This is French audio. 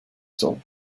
temps